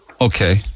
Okay